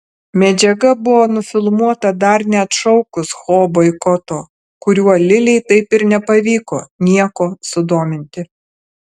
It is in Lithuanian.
medžiaga buvo nufilmuota dar neatšaukus ho boikoto kuriuo lilei taip ir nepavyko nieko sudominti